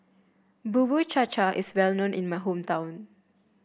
Bubur Cha Cha is well known in my hometown